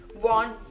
one